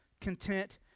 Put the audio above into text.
content